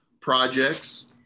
projects